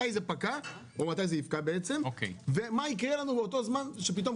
מתי זה יפקע ומה יקרה לנו מאותו רגע?